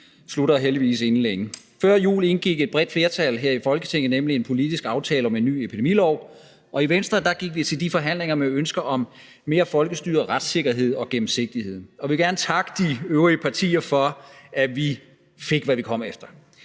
slutter heldigvis inden længe. Før jul indgik et bredt flertal her i Folketinget nemlig en politisk aftale om en ny epidemilov, og i Venstre gik vi til de forhandlinger med et ønske om mere folkestyre, retssikkerhed og gennemsigtighed, og jeg vil gerne takke de øvrige partier for, at vi fik, hvad vi kom efter.